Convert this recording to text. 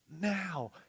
now